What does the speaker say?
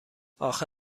اخه